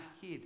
head